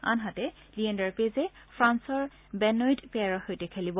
আনহাতে লিয়েশুাৰ পেজে ফ্ৰান্সৰ বেনইট পেয়াৰৰ সৈতে খেলিব